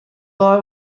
boy